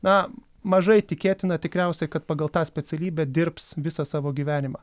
na mažai tikėtina tikriausiai kad pagal tą specialybę dirbs visą savo gyvenimą